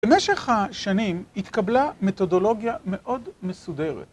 במשך השנים התקבלה מתודולוגיה מאוד מסודרת.